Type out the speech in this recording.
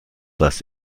das